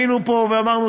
היינו פה ואמרנו,